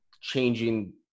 changing